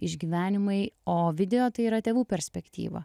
išgyvenimai o video tai yra tėvų perspektyva